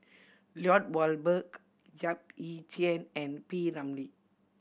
Lloyd Valberg Yap Ee Chian and P Ramlee